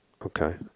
Okay